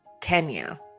kenya